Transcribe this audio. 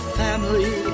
family